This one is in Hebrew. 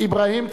אברהים צרצור,